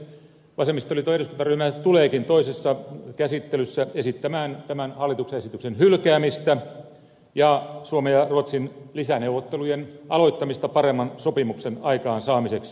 vasemmistoliiton eduskuntaryhmä tuleekin toisessa käsittelyssä esittämään tämän hallituksen esityksen hylkäämistä ja suomen ja ruotsin lisäneuvottelujen aloittamista paremman sopimuksen aikaansaamiseksi